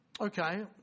Okay